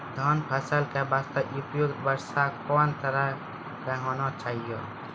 धान फसल के बास्ते उपयुक्त वर्षा कोन तरह के होना चाहियो?